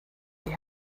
die